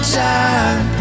time